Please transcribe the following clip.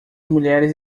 mulheres